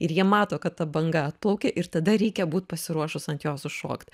ir jie mato kad ta banga atplaukia ir tada reikia būt pasiruošus ant jos užšokt